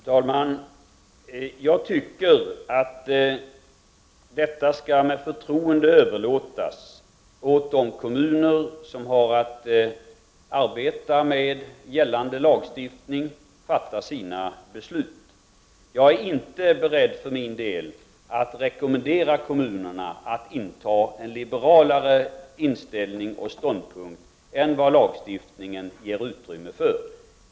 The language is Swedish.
Fru talman! Jag tycker att vi med förtroende skall överlåta åt de kommuner som har att arbeta med gällande lagstiftning att fatta sina beslut. För min del är jag inte beredd att rekommendera kommunerna att inta en liberalare ståndpunkt än vad lagstiftningen ger utrymme för.